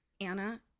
Anna